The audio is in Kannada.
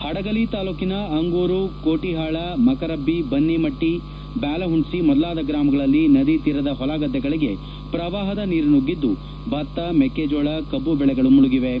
ಹದಗಲಿ ತಾಲೂಕಿನ ಅಂಗೂರು ಕೋಟಿಹಾಳ ಮಕರಬ್ಬಿ ಬನ್ನಿಮಟ್ಟಿ ಬ್ಯಾಲಹುಣ್ಪಿ ಮೊದಲಾದ ಗ್ರಾಮಗಳಲ್ಲಿ ನದಿ ತೀರದ ಹೊಲ ಗದ್ದೆಗಳಿಗೆ ಪ್ರವಾಹದ ನೀರು ನುಗ್ಗಿದ್ದು ಭತ್ತ ಮೆಕ್ಕೆಜೋಳ ಕಬ್ಬು ಬೆಳೆಗಳು ಮುಳುಗಿವೆ